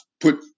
put